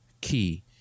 key